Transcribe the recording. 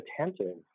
attentive